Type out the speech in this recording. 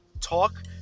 talk